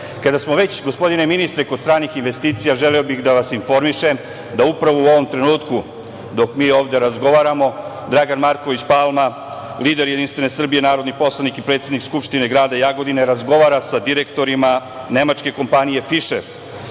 evra. Kada smo već, gospodine ministre, kod stranih investicija želeo bih da vas informišem da upravo u ovom trenutku dok mi ovde razgovaramo, Dragan Marković palma, lider JS, narodni poslanik i predsednik Skupštine grada Jagodine sa direktorima nemačke kompanije „Fišer“